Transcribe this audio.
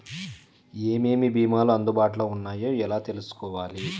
ఏమేమి భీమాలు అందుబాటులో వున్నాయో ఎలా తెలుసుకోవాలి?